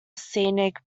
scenic